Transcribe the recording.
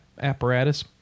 apparatus